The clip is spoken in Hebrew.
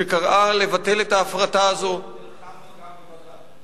שקראה לבטל את ההפרטה הזו, נלחמנו גם בוועדה.